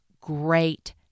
great